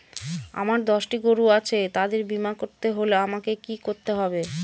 আমার দশটি গরু আছে তাদের বীমা করতে হলে আমাকে কি করতে হবে?